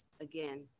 again